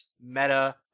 meta